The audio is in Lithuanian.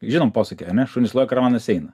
žinom posakį ane šunys loja karavanas eina